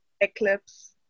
Eclipse